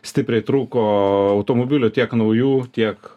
stipriai trūko automobilių tiek naujų tiek